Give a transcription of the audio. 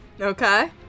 Okay